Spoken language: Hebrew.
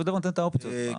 צריך לתת את האופציות.